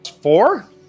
Four